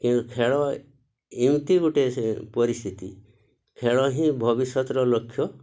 କିନ୍ତୁ ଖେଳ ଏମିତି ଗୋଟେ ପରିସ୍ଥିତି ଖେଳ ହିଁ ଭବିଷ୍ୟତର ଲକ୍ଷ୍ୟ